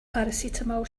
paracetamol